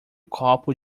copo